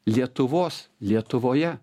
lietuvos lietuvoje